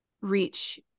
reach